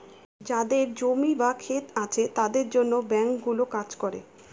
যাদের জমি বা ক্ষেত আছে তাদের জন্য ব্যাঙ্কগুলো কাজ করে